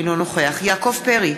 אינו נוכח יעקב פרי,